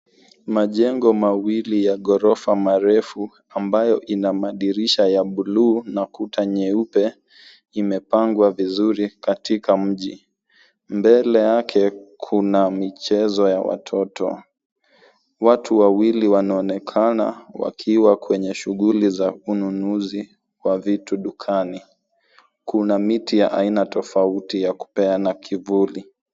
Majengo mawili ya gorofa marefu, ambayo ina madirisha ya buluu na kuta nyeupe, imepangwa vizuri, katika mji. Mbele yake, kuna michezo ya watoto. Watu wawili wanaonekana, wakiwa kwenye shughuli za ununuzi wa vitu dukani. Kuna miti ya aina tofauti ya kupeana kivuli.